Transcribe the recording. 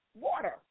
water